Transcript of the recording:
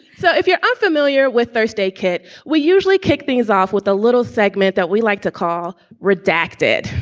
so if you're unfamiliar with thursday kit, we usually kick things off with a little segment that we like to call redacted.